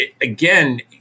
again